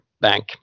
bank